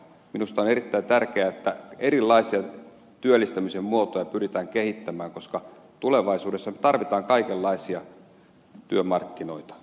minusta on erittäin tärkeää että erilaisia työllistämisen muotoja pyritään kehittämään koska tulevaisuudessa tarvitaan kaikenlaisia työmarkkinoita